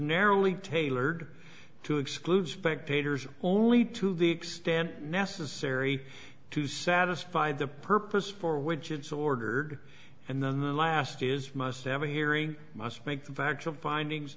narrowly tailored to exclude spectators only to the extent necessary to satisfy the purpose for which it's ordered and then the last is must have a hearing must make the factual findings